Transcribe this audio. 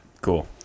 cool